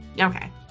okay